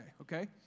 okay